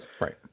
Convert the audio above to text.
Right